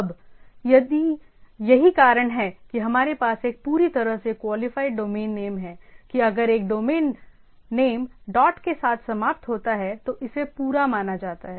अब यही कारण है कि हमारे पास एक पूरी तरह से क्वालिफाइड डोमेन नेम है कि अगर एक डोमेन नेम डॉट के साथ समाप्त होता है तो इसे पूरा माना जाता है